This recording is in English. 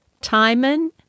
Timon